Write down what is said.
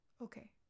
Okay